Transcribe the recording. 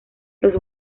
los